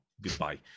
Goodbye